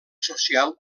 social